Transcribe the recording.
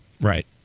Right